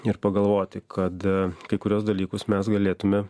ir pagalvoti kad kai kuriuos dalykus mes galėtume